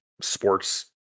sports